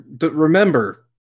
Remember